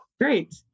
Great